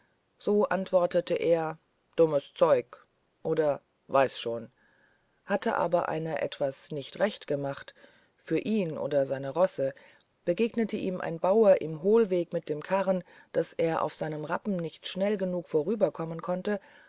so antwortete er dummes zeug oder weiß schon hatte aber einer etwas nicht recht gemacht für ihn oder seine rosse begegnete ihm ein bauer im hohlweg mit dem karren daß er auf seinem rappen nicht schnell genug vorüberkommen konnte